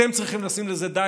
אתם צריכים לשים לזה סוף.